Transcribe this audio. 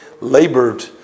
labored